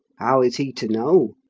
how is he to know?